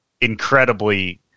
incredibly